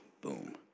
Boom